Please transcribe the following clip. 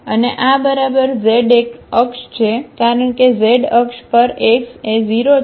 અને આ બરાબર z અક્ષ છે કારણ કે z અક્ષ પર x એ 0 છે અને y એ 0 છે